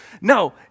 No